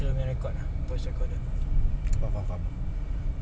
like aku prefer bila aku duduk kat kereta driving kan